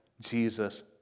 Jesus